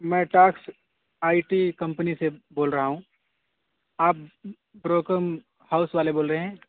میں talks I T company سے بول رہا ہوں آپ بروکر ہاؤس والے بول رہے ہیں